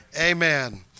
Amen